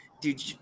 Dude